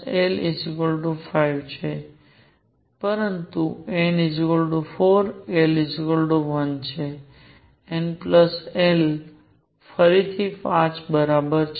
n l 5 છે પરંતુ n 4 l 1 n l ફરીથી 5 બરાબર છે